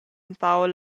empau